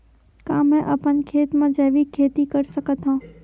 का मैं अपन खेत म जैविक खेती कर सकत हंव?